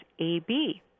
AB